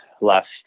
last